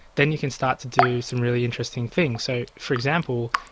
then you can start to do some really interesting things. so, for example,